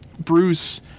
Bruce